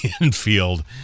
infield